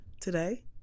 today